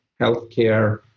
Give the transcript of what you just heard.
healthcare